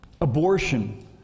abortion